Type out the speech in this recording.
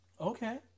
Okay